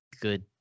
good